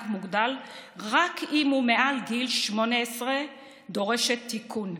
מוגדל רק אם הוא מעל גיל 18 דורשת תיקון.